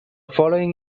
following